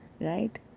right